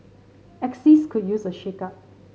axis could use a shakeup